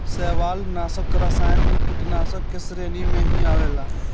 शैवालनाशक रसायन भी कीटनाशाक के श्रेणी में ही आवेला